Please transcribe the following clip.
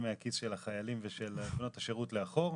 דמי הכיס של החיילים ושל בנות השירות לאחור,